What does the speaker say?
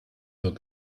nur